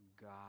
God